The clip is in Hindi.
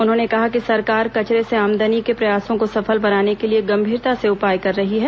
उन्होंने कहा कि सरकार कचरे से आमदनी के प्रयासों को सफल बनाने के लिए गंभीरता से उपाय कर रही है